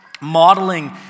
modeling